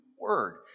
Word